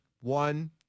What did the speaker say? one